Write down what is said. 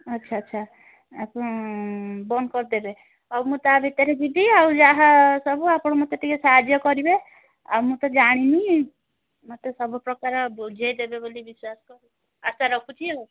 ଆଚ୍ଛା ଆଚ୍ଛା ଆପଣ ବନ୍ଦ କରିଦେବେ ହଉ ମୁଁ ତା ଭିତରେ ଯିବି ଆଉ ଯାହା ସବୁ ଆପଣ ମୋତେ ଟିକିଏ ସାହାଯ୍ୟ କରିବେ ଆଉ ମୁଁ ତ ଜାଣିନି ମୋତେ ସବୁ ପ୍ରକାର ବୁଝାଇ ଦେବେ ବୋଲି ବିଶ୍ୱାସ ଆଶା ରଖୁଛି ଆଉ